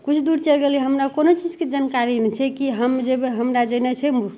किछु दूर चैलि गेलियै हमरा कोनो चीजके जानकारी नहि छै कि हम जेबै हमरा जेनाइ छै